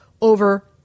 over